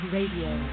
Radio